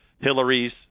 Hillary's